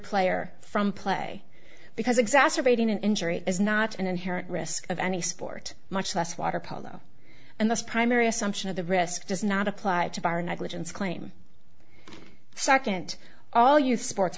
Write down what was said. player from play because exacerbating an injury is not an inherent risk of any sport much less water polo and this primary assumption of the risk does not apply to bar negligence claim second all youth sports